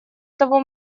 того